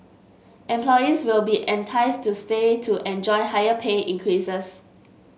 employees will be enticed to stay to enjoy higher pay increases